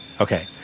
Okay